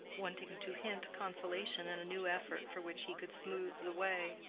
wanting to hint consolation in a new effort for which he could smooth the way.